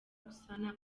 gusana